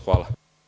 Hvala.